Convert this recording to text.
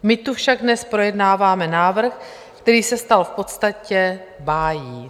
My tu však dnes projednáváme návrh, který se stal v podstatě bájí.